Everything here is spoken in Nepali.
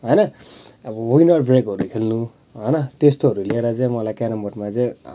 होइन अब विनर ब्रेकहरू खेल्नु होइन त्यस्तोहरू लिएर चाहिँ मलाई क्यारमबोर्डमा चाहिँ